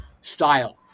style